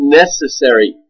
necessary